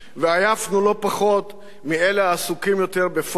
ועייפנו לא פחות מאלה העסוקים יותר בפורומים